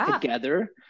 together